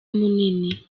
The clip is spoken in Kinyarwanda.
munini